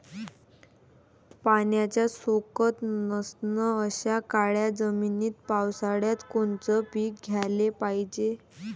पाण्याचा सोकत नसन अशा काळ्या जमिनीत पावसाळ्यात कोनचं पीक घ्याले पायजे?